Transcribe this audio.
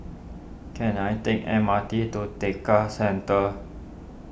can I take M R T to Tekka Centre